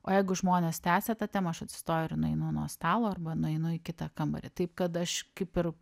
o jeigu žmonės tęsia tą temą aš atsistoju ir nueinu nuo stalo arba nu einu į kitą kambarį taip kad aš kaip ir